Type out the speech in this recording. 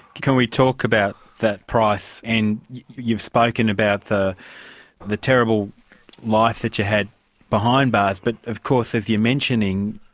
can we talk about that price, and you've spoken about the the terrible life that you had behind bars, but of course, as you're mentioning,